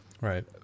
right